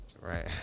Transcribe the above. right